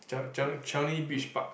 cha~ cha~ Changi Beach park